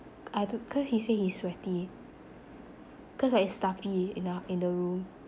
I do~ cause he say he sweaty cause like stuffy in the h~ in the room